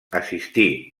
assistí